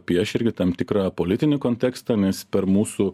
pieš irgi tam tikrą politinį kontekstą nes per mūsų